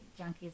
junkies